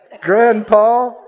Grandpa